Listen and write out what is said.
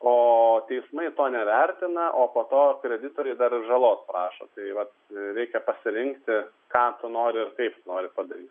o teismai to nevertina o po to kreditoriai dar ir žalos prašo tai vat reikia pasirinkti ką tu nori ir kaip tu nori padaryt